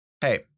Hey